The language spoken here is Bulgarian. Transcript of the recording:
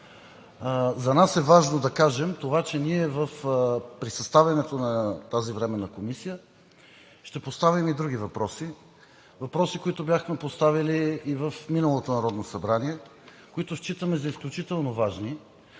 За нас е важно да кажем това, че ние при съставянето на тази Временна комисия ще поставим и други въпроси – въпроси, които бяхме поставили и в миналото Народно събрание, които считаме за изключително важни,